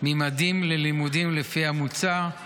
"ממדים ללימודים", לפי המוצע,